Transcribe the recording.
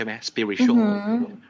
Spiritual